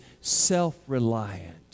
self-reliant